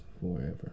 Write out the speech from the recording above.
forever